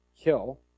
kill